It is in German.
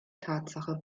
tatsache